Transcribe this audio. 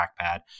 trackpad